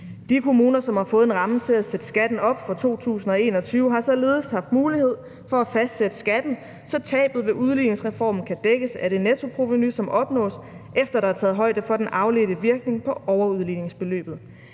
De kommuner, som har fået en ramme til at sætte skatten op fra 2021, har således haft mulighed for at fastsætte skatten, så tabet ved udligningsreformen kan dækkes af det nettoprovenu, som opnås, efter der er taget højde for den afledte virkning på overudligningsbeløbet.